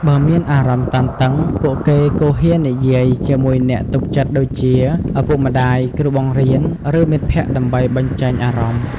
បើមានអារម្មណ៍តានតឹង ពួកគេគួរហ៊ាននិយាយជាមួយអ្នកទុកចិត្តដូចជា ឪពុកម្ដាយ គ្រូបង្រៀន ឬមិត្តភ័ក្តិដើម្បីបញ្ចេញអារម្មណ៍។